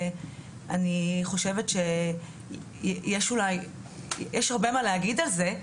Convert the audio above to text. אני חושבת שיש אולי, יש הרבה מה להגיד על זה,